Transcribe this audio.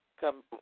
come